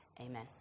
Amen